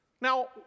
Now